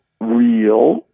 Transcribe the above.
real